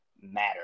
matter